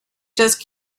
just